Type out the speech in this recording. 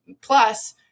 plus